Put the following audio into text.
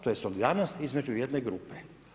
To je solidarnost između jedne grupe.